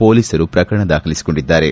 ಹೊಲೀಸರು ಪ್ರಕರಣ ದಾಖಲಿಸಿಕೊಂಡಿದ್ದಾರೆ